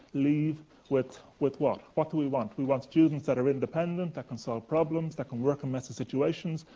leave with with what? what do we want? we want students that are independent, that can solve problems, that can work on messy situations,